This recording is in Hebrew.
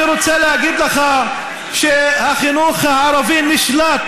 אני רוצה להגיד לך שהחינוך הערבי נשלט